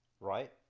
right